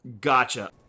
Gotcha